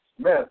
Smith